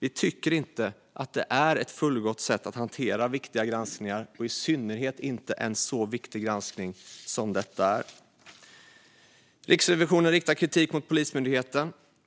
Vi tycker inte att det är ett fullgott sätt att hantera viktiga granskningar, i synnerhet inte en så viktig granskning som denna. Riksrevisionen riktar kritik mot Polismyndigheten.